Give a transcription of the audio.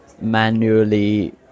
manually